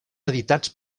editats